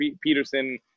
Peterson